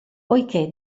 poiché